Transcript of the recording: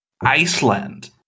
Iceland